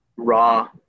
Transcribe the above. raw